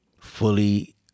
fully